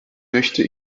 möchte